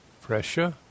pressure